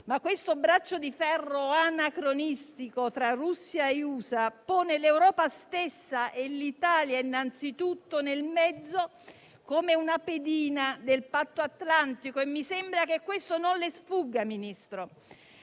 ma il braccio di ferro anacronistico tra Russia e Stati Uniti pone l'Europa stessa, e l'Italia innanzitutto, nel mezzo come una pedina del Patto atlantico e mi sembra che questo non le sfugga, Ministro.